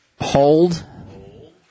Hold